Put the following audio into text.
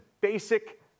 basic